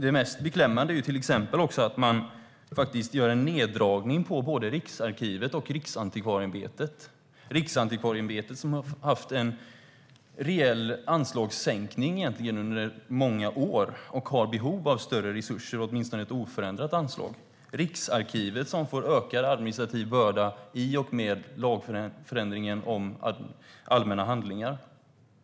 Det mest beklämmande är till exempel att man faktiskt gör en neddragning på både Riksarkivet och Riksantikvarieämbetet. Riksantikvarieämbetet har egentligen haft en reell anslagssänkning under många år och har behov av större resurser, åtminstone ett oförändrat anslag. Riksarkivet får en ökad administrativ börda i och med lagändringen om allmänna handlingar.